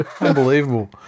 unbelievable